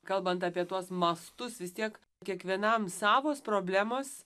kalbant apie tuos mastus vis tiek kiekvienam savos problemos